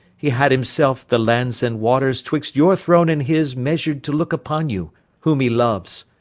he had himself the lands and waters twixt your throne and his measur'd, to look upon you whom he loves,